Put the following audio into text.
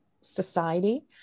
society